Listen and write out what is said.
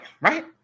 right